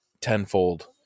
tenfold